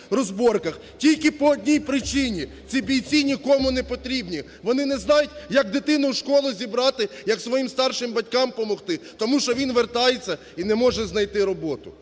тільки по одній причині, ці бійці нікому не потрібні. Вони не знають, як дитину в школу зібрати, як своїм старшим батькам помогти. Тому, що він вертається і не може знайти роботу.